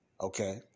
Okay